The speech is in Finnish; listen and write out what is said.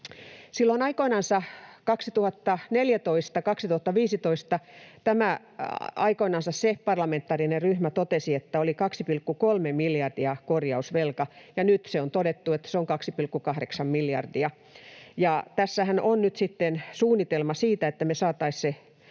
Silloin aikoinansa 2014—2015 se parlamentaarinen ryhmä totesi, että korjausvelka on 2,3 miljardia, ja nyt on todettu, että se on 2,8 miljardia. Tässähän on nyt sitten suunnitelma siitä, että me saataisiin se